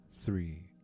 three